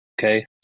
Okay